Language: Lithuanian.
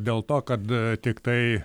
dėl to kad tiktai